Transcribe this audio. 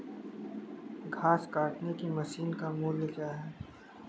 घास काटने की मशीन का मूल्य क्या है?